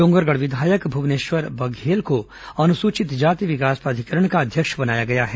डोंगरगढ़ विधायक भूवनेश्वर बघेल को अनुसूचित जाति विकास प्राधिकरण का अध्यक्ष बनाया गया है